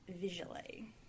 visually